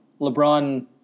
LeBron